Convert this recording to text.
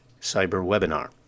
cyberwebinar